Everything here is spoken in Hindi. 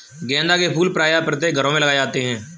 गेंदा के फूल प्रायः प्रत्येक घरों में लगाए जाते हैं